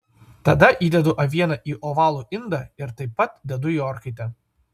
tada įdedu avieną į ovalų indą ir taip pat dedu į orkaitę